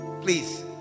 please